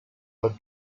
but